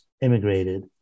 immigrated